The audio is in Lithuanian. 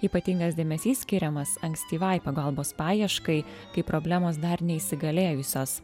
ypatingas dėmesys skiriamas ankstyvai pagalbos paieškai kai problemos dar neįsigalėjusios